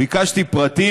ביקשתי פרטים.